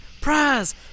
prize